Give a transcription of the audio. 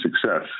success